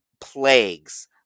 Plagues